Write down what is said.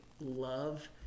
love